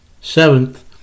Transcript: Seventh